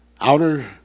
outer